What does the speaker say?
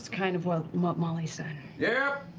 kind of what molly said. yeah